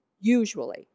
usually